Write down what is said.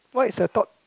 what is the top